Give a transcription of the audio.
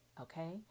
Okay